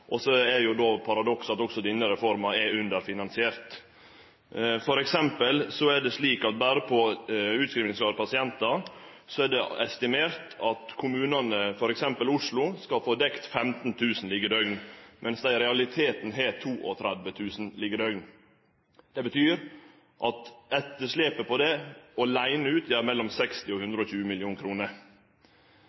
ha. Så er paradokset at òg denne reforma er underfinansiert. Når det gjeld utskrivingsklare pasientar, er det estimert at t.d. Oslo skal få dekt 15 000 liggedøgn, mens dei i realiteten har 32 000 liggedøgn. Det betyr at etterslepet på det aleine utgjer mellom 60 og 120